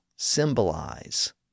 symbolize